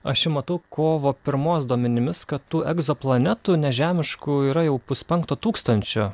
aš čia matau kovo pirmos duomenimis kad tu egzo planetų nežemiškų yra jau puspenkto tūkstančio